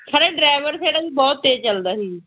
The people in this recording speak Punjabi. ਖਰੇ ਡਰਾਈਵਰ ਫਿਰ ਅਸੀਂ ਬਹੁਤ ਤੇਜ਼ ਚਲਦਾ ਸੀ